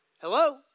Hello